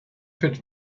fit